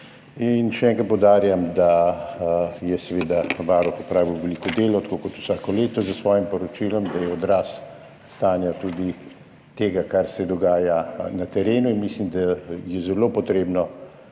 In še enkrat poudarjam, da je Varuh opravil veliko delo tako kot vsako leto s svojim poročilom, da je odraz stanja tudi tega, kar se dogaja na terenu. Mislim, da je zelo potrebno,